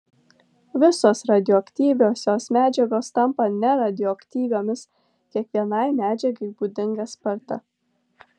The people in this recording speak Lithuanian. visos radioaktyviosios medžiagos tampa neradioaktyviomis kiekvienai medžiagai būdinga sparta